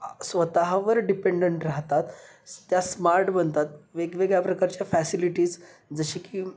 स्वतःवर डिपेंडंट राहतात त्या स्मार्ट बनतात वेगवेगळ्या प्रकारच्या फॅसिलिटीज जसे की